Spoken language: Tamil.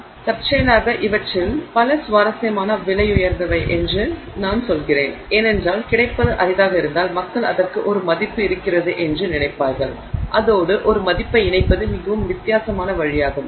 எனவே தற்செயலாக இவற்றில் பல சுவாரஸ்யமான விலையுயர்ந்தவை என்று நான் சொல்கிறேன் ஏனென்றால் கிடைப்பது அரிதாக இருந்தால் மக்கள் அதற்கு ஒரு மதிப்பு இருக்கிறது என்று நினைப்பார்கள் அதோடு ஒரு மதிப்பை இணைப்பது மிகவும் விசித்திரமான வழியாகும்